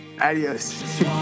Adios